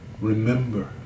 Remember